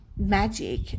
magic